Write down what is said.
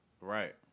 Right